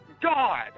God